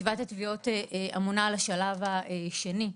חטיבת התביעות אמונה על השלב השני,